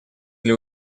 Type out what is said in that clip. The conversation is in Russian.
для